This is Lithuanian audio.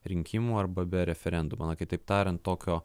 rinkimų arba be referendumo na kitaip tariant tokio